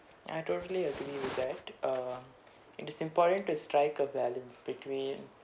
I totally agree with that err it is important to strike a balance between